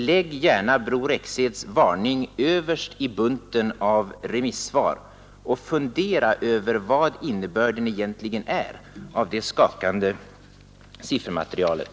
Lägg gärna Bror Rexeds varning överst bland remissvaren och fundera över vad innebörden är av det skakande siffermaterialet!